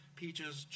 peaches